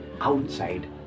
outside